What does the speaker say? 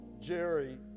Jerry